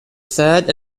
third